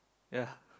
ya